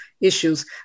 issues